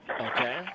Okay